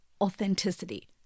authenticity